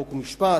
חוק ומשפט,